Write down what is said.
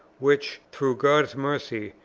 which, through god's mercy,